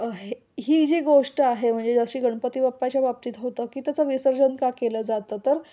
हे ही जी गोष्ट आहे म्हणजे जशी गणपती बाप्पाच्या बाबतीत होतं की त्याचं विसर्जन का केलं जातं तर